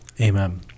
amen